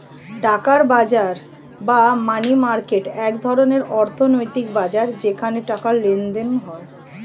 টাকার বাজার বা মানি মার্কেট এক ধরনের অর্থনৈতিক বাজার যেখানে টাকার লেনদেন হয়